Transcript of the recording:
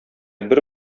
бер